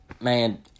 man